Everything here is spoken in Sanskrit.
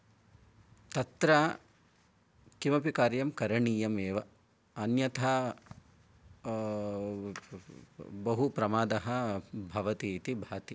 तत्र किमपि कार्यं करणीयमेव अन्यथा बहु प्रमादः भवतीति भाति